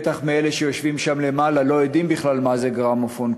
בטח מאלה שיושבים שם למעלה לא יודעים בכלל מה זה גרמופון.